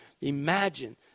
Imagine